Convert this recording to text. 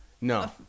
no